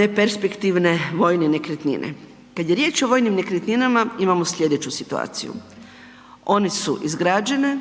ne perspektivne vojne nekretnine. Kada je riječ o vojnim nekretninama imamo sljedeću situaciju, one su izgrađene,